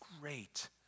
great